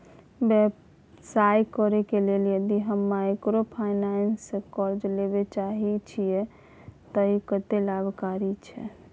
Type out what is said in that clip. व्यवसाय करे के लेल यदि हम माइक्रोफाइनेंस स कर्ज लेबे चाहे छिये त इ कत्ते लाभकारी छै?